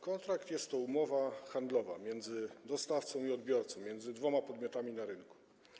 Kontrakt jest to umowa handlowa między dostawcą i odbiorcą, między dwoma podmiotami na rynku.